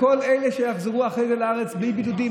כל אלה שיחזרו אחרי זה לארץ בלי בידודים,